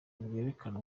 bwerekana